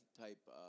type